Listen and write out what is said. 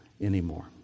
anymore